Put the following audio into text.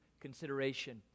consideration